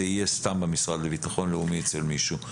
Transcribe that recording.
יהיה סתם במשרד לביטחון לאומי אצל מישהו,